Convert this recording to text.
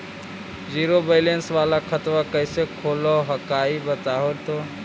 Zero balance वाला खतवा कैसे खुलो हकाई बताहो तो?